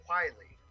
Quietly